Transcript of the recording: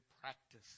practice